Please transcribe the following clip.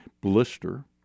blister